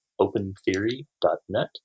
opentheory.net